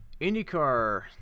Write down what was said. indycar